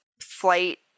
flight